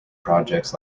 projects